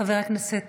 חבר הכנסת